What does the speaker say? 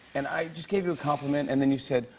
and i just gave you a compliment, and then you said,